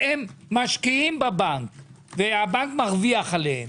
שהם משקיעים בבנק והבנק מרוויח עליהם